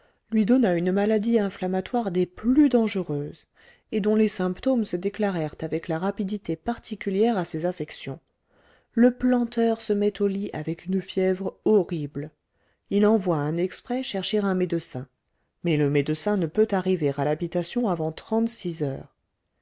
lui donna une maladie inflammatoire des plus dangereuses et dont les symptômes se déclarèrent avec la rapidité particulière à ces affections le planteur se met au lit avec une fièvre horrible il envoie un exprès chercher un médecin mais le médecin ne peut arriver à l'habitation avant trente-six heures